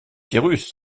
cyrus